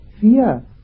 fear